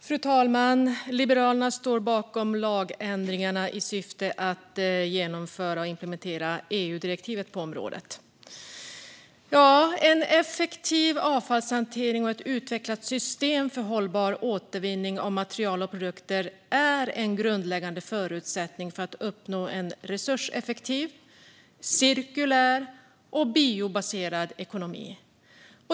Fru talman! Liberalerna står bakom lagändringarna i syfte att genomföra och implementera EU-direktivet på området. En effektiv avfallshantering och ett utvecklat system för hållbar återvinning av material och produkter är en grundläggande förutsättning för att uppnå en resurseffektiv, cirkulär och biobaserad ekonomi.